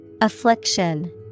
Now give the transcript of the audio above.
affliction